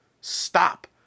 stop